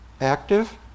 active